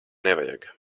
nevajag